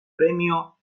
premio